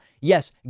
Yes